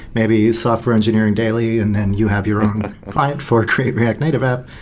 maybe software engineering daily, and then you have your own client for create react native app.